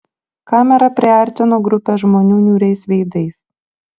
kamera priartino grupę žmonių niūriais veidais